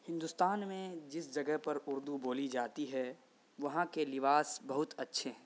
ہندوستان میں جس جگہ پر اردو بولی جاتی ہے وہاں کے لباس بہت اچھے ہیں